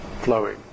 flowing